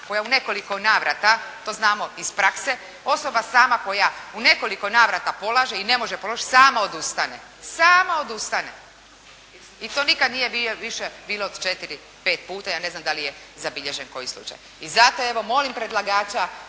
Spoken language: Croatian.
koja u nekoliko navrata to znamo iz prakse, osoba sam kao ja u nekoliko navrata polaže i ne može položiti sama odustane, sama odustane i to nikad nije bilo više od četiri, pet puta. Ja ne znam da li je zabilježen koji slučaj. I zato evo molim predlagača